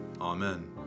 Amen